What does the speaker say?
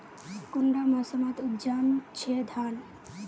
कुंडा मोसमोत उपजाम छै धान?